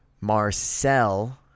marcel